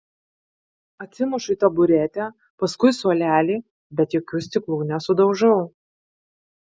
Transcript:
atsimušu į taburetę paskui suolelį bet jokių stiklų nesudaužau